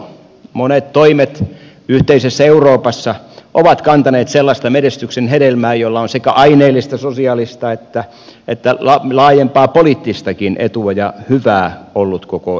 monet toimet yhteisessä euroopassa ovat kantaneet sellaista menestyksen hedelmää jolla on sekä aineellista sosiaalista että laajempaa poliittistakin etua ja hyvää ollut koko euroopan kannalta